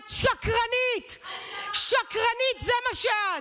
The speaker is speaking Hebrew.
את שקרנית, שקרנית, זה מה שאת.